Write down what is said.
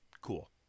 Cool